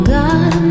God